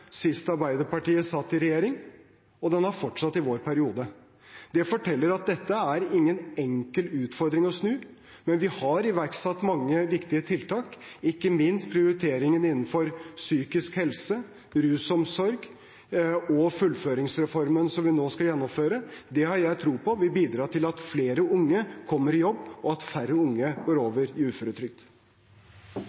sist Arbeiderpartiet satt i regjering, og den har fortsatt i vår periode. Det forteller at dette er ingen enkel utfordring å snu. Men vi har iverksatt mange viktige tiltak, ikke minst prioriteringen innenfor psykisk helse og rusomsorg, og fullføringsreformen som vi nå skal gjennomføre. Det har jeg tro på vil bidra til at flere unge kommer i jobb, og at færre unge går